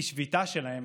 כי שביתה שלהם